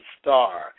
star